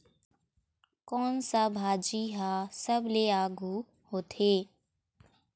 कोन सा भाजी हा सबले आघु होथे?